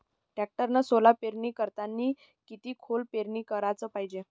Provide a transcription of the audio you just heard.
टॅक्टरनं सोला पेरनी करतांनी किती खोल पेरनी कराच पायजे?